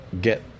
get